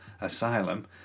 asylum